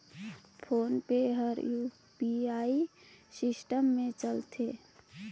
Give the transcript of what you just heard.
phone पे हर UPI system मे चलथे